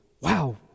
wow